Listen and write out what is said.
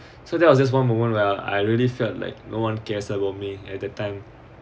so that was just one moment where I really felt like no one cares about me at that time